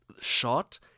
shot